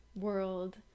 world